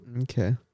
Okay